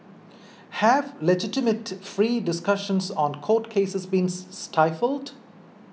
have legitimate free discussions on court cases been stifled